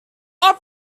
are